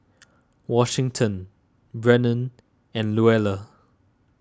Washington Brennon and Luella